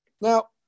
Now